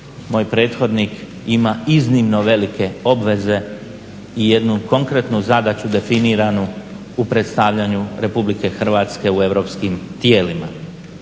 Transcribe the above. moj prethodnik, ima iznimno velike obveze i jednu konkretnu zadaću definiraju u predstavljanju Republike Hrvatske u europskim tijelima.